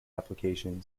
application